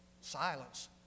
Silence